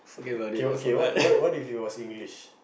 okay okay what what if it was english